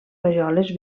rajoles